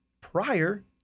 prior